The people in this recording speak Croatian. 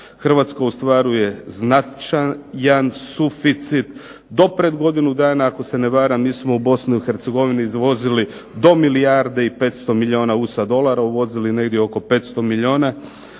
Hrvatska ostvaruje značajan suficit, do pred godinu dana ako se ne varam mi smo u Bosnu i Hercegovinu izvozili do milijarde i 500 milijuna USA dolara, uvozili negdje oko 500 milijuna,